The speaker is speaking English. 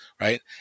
right